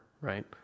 right